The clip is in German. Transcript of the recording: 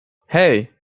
hei